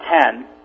ten